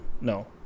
No